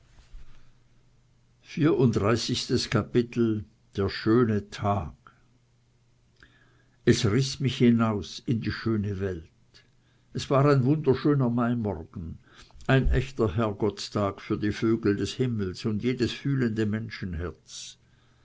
der schöne tag es riß mich hinaus in die schöne welt es war ein wunderschöner maimorgen ein echter herrgottstag für die vögel des himmels und jedes fühlende